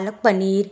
palak paneer